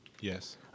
Yes